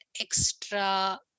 extra